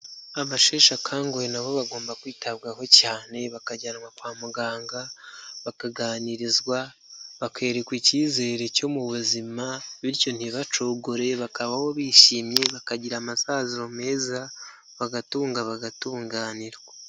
Abasheshe akanguhe nabo bagomba kwitabwaho cyane bakajyanwa kwa muganga, bakaganirizwa, bakerekwa icyizere cyo mu buzima, bityo ntibacogorere bakabaho bishimye, bakagira amasaziro meza bagatunga bagatunganirwa.